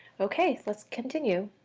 okay. let's continue.